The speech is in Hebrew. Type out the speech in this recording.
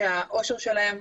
האושר שלהם,